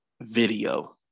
video